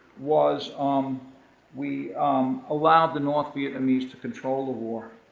was um we allowed the north vietnamese to control the war.